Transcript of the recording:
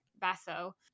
Basso